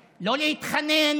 שקרן.